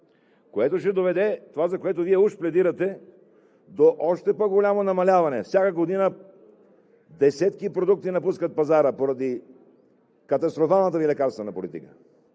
което ще доведе – това, за което Вие уж пледирате – до още по-голямо намаляване. Всяка година десетки продукти напускат пазара поради катастрофалната Ви лекарствена политика.